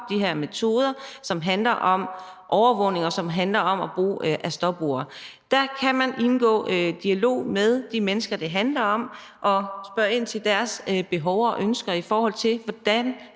de her metoder, som handler om overvågning, og som handler om brug af stopuret. Der kan man indgå i dialog med de mennesker, det handler om, og spørge ind til deres behov og ønsker, i forhold til hvordan